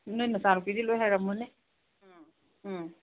ꯅꯣꯏ ꯅꯆꯥꯅꯨꯄꯤꯗꯤ ꯂꯣꯏ ꯍꯩꯔꯝꯃꯅꯤ ꯎꯝ